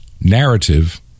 narrative